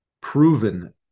proven